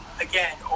again